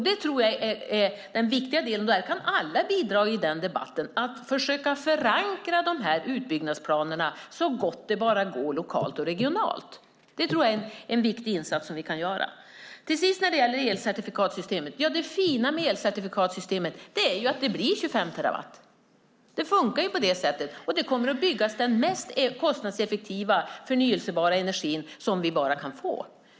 Det är den viktiga delen, och i den debatten kan alla bidra till att försöka förankra utbyggnadsplanerna så gott det går lokalt och regionalt. Det är en viktig insats som vi kan göra. Det fina med elcertifikatssystemet är att det blir 25 terawattimmar. Det funkar på det sättet. Det kommer att byggas den mest kostnadseffektiva förnybara energi som vi bara kan få.